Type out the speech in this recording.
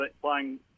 playing